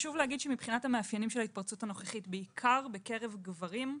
מבחינת המאפיינים של ההתפרצות הנוכחית בעיקר בקרב גברים.